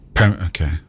Okay